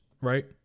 Right